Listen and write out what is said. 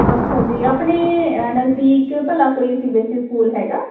ਅੱਛਾ ਜੀ ਆਪਣੇ ਨਜ਼ਦੀਕ ਭਲਾ ਕੋਈ C B S C school ਹੈਗਾ